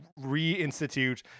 reinstitute